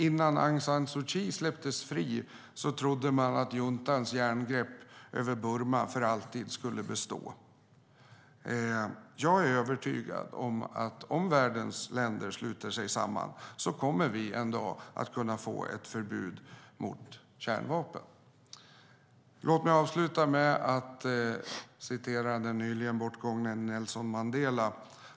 Innan Aung San Suu Kyi släpptes fri trodde man att juntans järngrepp om Burma för alltid skulle bestå. Jag är övertygad om att om världens länder sluter sig samman kommer vi en vacker dag att kunna få ett förbud mot kärnvapen. Låt mig avsluta med att citera den nyligen bortgångne Nelson Mandela.